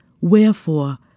Wherefore